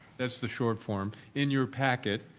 that's the short form. in your packet,